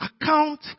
account